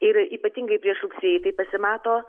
ir ypatingai prieš rugsėjį tai pasimato